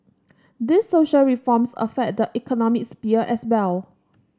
these social reforms affect the economic sphere as well